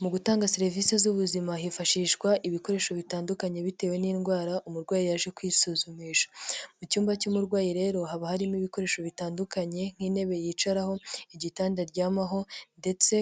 Mu gutanga serivisi z'ubuzima hifashishwa ibikoresho bitandukanye bitewe n'indwara umurwayi yaje kwisuzumisha mu cyumba cy'umurwayi rero haba harimo ibikoresho bitandukanye nk'intebe yicaraho igitanda aryamaho ndetse